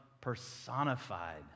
personified